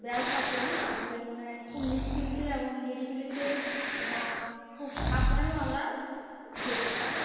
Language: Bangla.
ব্যবহার করি তাহলে মনে হয় খুব নিশ্চিন্তে এবং নিরিবিলিতে এবং খুব সাবধানেও আমরা যেতে পারি